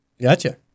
Gotcha